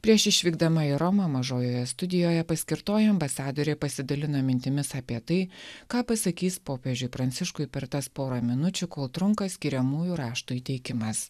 prieš išvykdama į romą mažojoje studijoje paskirtoji ambasadorė pasidalino mintimis apie tai ką pasakys popiežiui pranciškui per tas pora minučių kol trunka skiriamųjų raštų įteikimas